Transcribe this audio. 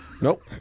Nope